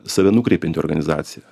save nukreipianti organizacija